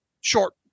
short